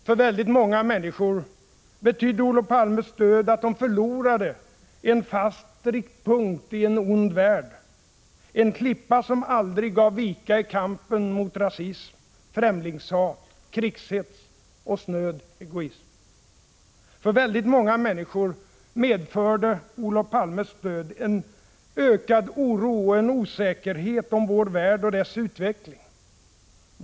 För väldigt många människor betydde Olof Palmes död att de förlorade en fast riktpunkt i en ond värld, en klippa som aldrig gav vika i kampen mot rasism, främlingshat, krigshets och snöd egoism. För väldigt många människor medförde Olof Palmes död en ökad oro och en osäkerhet om vår värld och dess utveckling.